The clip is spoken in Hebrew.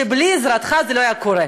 שבלי עזרתך זה לא היה קורה.